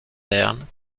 berne